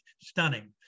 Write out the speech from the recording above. Stunning